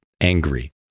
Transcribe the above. angry